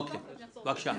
בבקשה.